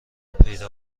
پیدا